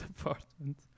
apartment